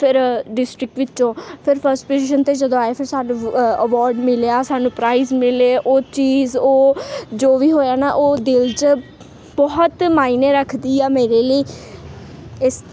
ਫਿਰ ਡਿਸਟਰਿਕਟ ਵਿੱਚੋਂ ਫਿਰ ਫਸਟ ਪੁਜ਼ੀਸ਼ਨ 'ਤੇ ਜਦੋਂ ਆਏ ਫਿਰ ਸਾਨੂੰ ਅਵਾਰਡ ਮਿਲਿਆ ਸਾਨੂੰ ਪ੍ਰਾਈਜ ਮਿਲੇ ਉਹ ਚੀਜ਼ ਉਹ ਜੋ ਵੀ ਹੋਇਆ ਨਾ ਉਹ ਦਿਲ 'ਚ ਬਹੁਤ ਮਾਇਨੇ ਰੱਖਦੀ ਆ ਮੇਰੇ ਲਈ ਇਸ